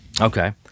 Okay